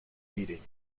meeting